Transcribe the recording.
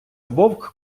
вовк